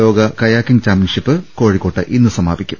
ലോക kayaking championship കോഴിക്കോട്ട് ഇന്ന് സമാപിക്കും